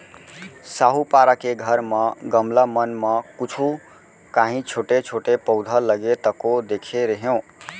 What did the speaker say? साहूपारा के घर म गमला मन म कुछु कॉंहीछोटे छोटे पउधा लगे तको देखे रेहेंव